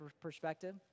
perspective